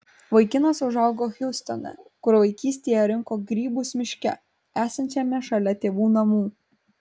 vaikinas užaugo hjustone kur vaikystėje rinko grybus miške esančiame šalia tėvų namų